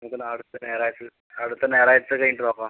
നമുക്ക് എന്നാൽ അടുത്ത ഞായറാഴ്ച അടുത്ത ഞായറാഴ്ച കഴിഞ്ഞിട്ട് നോക്കാം